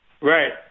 right